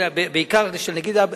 בעיקר של הנגיד,